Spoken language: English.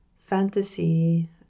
fantasy